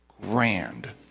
grand